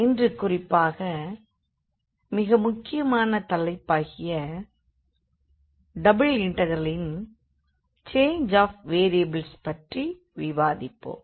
இன்று குறிப்பாக மிக முக்கியமான தலைப்பாகிய டபுள் இண்டெக்ரலில் சேஞ்ச்ஆஃப் வேறியபிள்ஸ் பற்றி விவாதிப்போம்